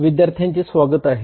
विद्यार्थ्यांचे स्वागत आहे